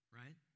right